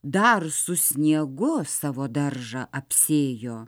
dar su sniegu savo daržą apsėjo